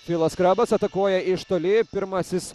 filas skrabas atakuoja iš toli pirmasis